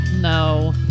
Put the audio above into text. No